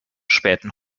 späten